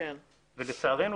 ולצערנו,